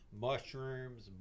mushrooms